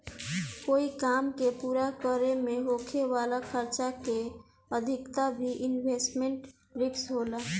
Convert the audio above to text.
कोई काम के पूरा करे में होखे वाला खर्चा के अधिकता भी इन्वेस्टमेंट रिस्क होला